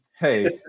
hey